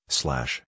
slash